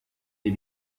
les